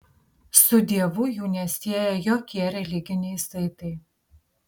su dievu jų nesieja jokie religiniai saitai